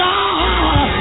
God